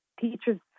teachers